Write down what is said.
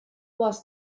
was